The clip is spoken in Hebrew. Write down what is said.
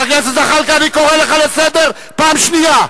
חבר הכנסת זחאלקה, אני קורא אותך לסדר פעם שנייה.